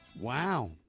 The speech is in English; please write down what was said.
Wow